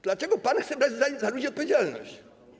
Dlaczego pan chce brać za ludzi odpowiedzialność?